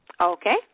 Okay